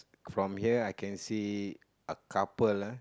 from here I can see a couple ah